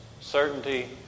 certainty